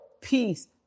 peace